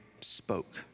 spoke